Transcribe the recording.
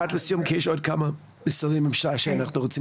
אני רק רוצה